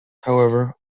however